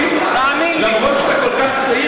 הייתי בכמה לוויות,